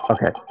Okay